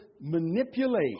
manipulate